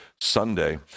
Sunday